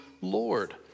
Lord